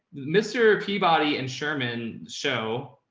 mr. peabody and sherman show,